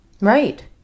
Right